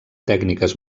tècniques